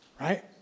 Right